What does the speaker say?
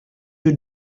you